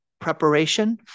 preparation